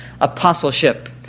apostleship